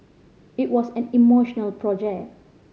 it was an emotional project